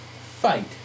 fight